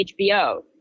HBO